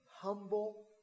humble